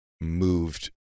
moved